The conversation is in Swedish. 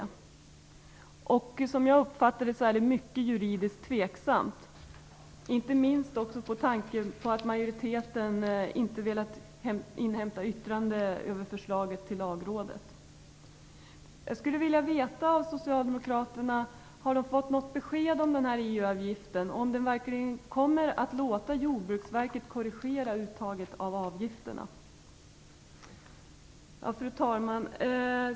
Som jag har uppfattat det är det mycket tveksamt ur juridisk synvinkel, inte minst med tanke på att majoriteten inte har velat inhämta Jag skulle vilja veta om socialdemokraterna har fått något besked om EU-avgiften. Kommer man verkligen låta Jordbruksverket korrigera uttaget av avgifterna? Fru talman!